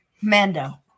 Mando